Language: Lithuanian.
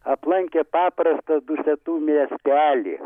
aplankė paprastą dusetų miestelį